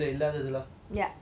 he just come out of nowhere ah